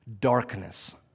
darkness